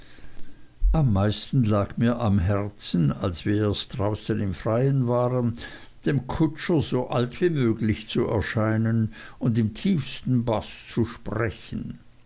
am meisten lag mir am herzen als wir erst draußen im freien waren dem kutscher so alt wie möglich zu erscheinen und im tiefsten baß zu sprechen